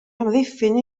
amddiffyn